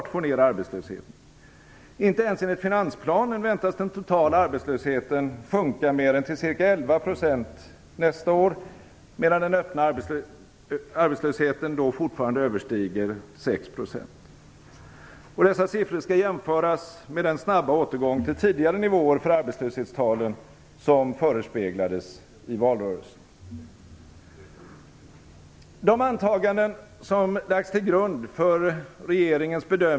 Inte ens enligt finansplanen väntas den totala arbetslösheten sjunka mer än till ca 11 % nästa år, medan den öppna arbetslösheten då fortfarande överstiger 6 %. Dessa siffror skall jämföras med den snabba återgång till tidigare nivåer för arbetslöshetstalen som förespeglades i valrörelsen.